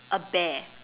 a bear